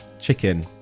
chicken